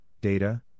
data